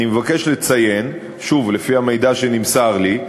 אני מבקש לציין, שוב לפי המידע שנמסר לי,